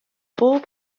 bob